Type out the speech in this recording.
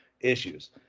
issues